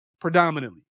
predominantly